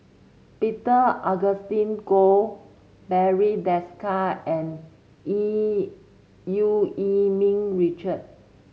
Peter Augustine Goh Barry Desker and Yee Eu Yee Ming Richard